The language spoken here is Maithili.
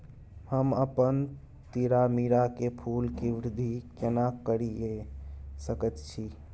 हम अपन तीरामीरा के फूल के वृद्धि केना करिये सकेत छी?